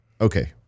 okay